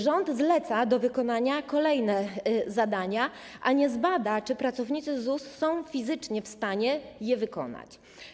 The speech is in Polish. Rząd zleca do wykonania kolejne zadania, ale nie zbada, czy pracownicy ZUS są fizycznie w stanie je wykonać.